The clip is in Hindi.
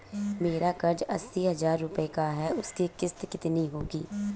मेरा कर्ज अस्सी हज़ार रुपये का है उसकी किश्त कितनी होगी?